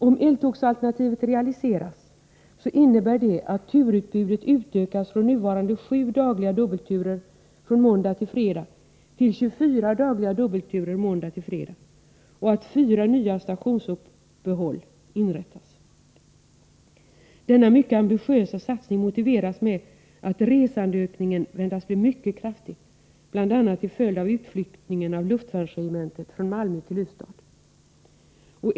Om eltågsalternativet realiseras innebär det att turutbudet utökas från nuvarande 7 till 24 dagliga dubbelturer måndag-fredag och att fyra nya stationsuppehåll införs. Denna mycket ambitiösa satsning motiveras med att resandeökningen väntas bli mycket kraftig bl.a. till följd av utflyttningen av luftvärnsregementet från Malmö till Ystad.